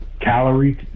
calorie